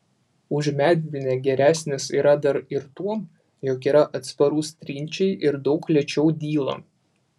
už medvilnę geresnis yra dar ir tuom jog yra atsparus trinčiai ir daug lėčiau dyla